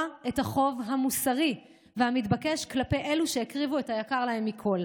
את החוב המוסרי והמתבקש כלפי אלו שהקריבו את היקר להן מכול.